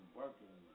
working